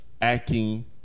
acting